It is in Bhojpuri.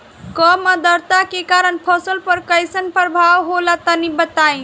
कम आद्रता के कारण फसल पर कैसन प्रभाव होला तनी बताई?